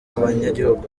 banyagihugu